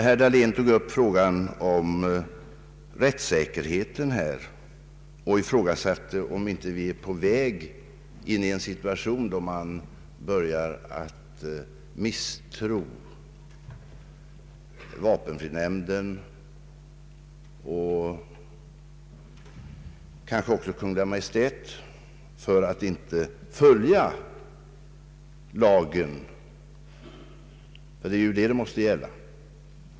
Herr Dahlén tog upp frågan om rättssäkerheten och ifrågasatte om vi inte är på väg in i en situation då man börjar misstänka vapenfrinämnden och kanske även Kungl. Maj:t för att inte följa lagen, ty det är vad det måste gälla.